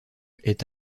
est